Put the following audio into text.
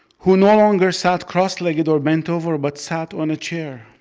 who no longer sat cross-legged or bent over, but sat on a chair.